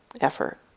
effort